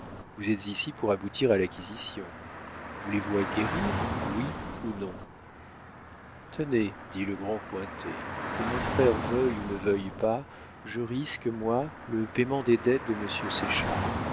vous êtes ici pour aboutir à l'acquisition voulez-vous acquérir oui ou non tenez dit le grand cointet que mon frère veuille ou ne veuille pas je risque moi le payement des dettes de monsieur